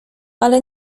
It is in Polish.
ale